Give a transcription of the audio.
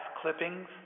clippings